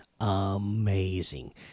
amazing